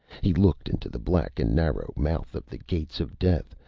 he looked into the black and narrow mouth of the gates of death,